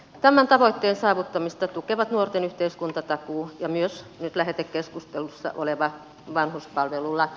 tämän tavoitteen saavuttamista tukevat nuorten yhteiskuntatakuu ja myös nyt lähetekeskustelussa oleva vanhuspalvelulaki